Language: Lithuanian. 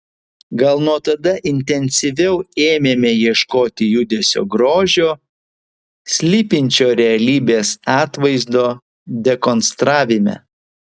gal nuo tada intensyviau ėmėme ieškoti judesio grožio slypinčio realybės atvaizdo dekonstravime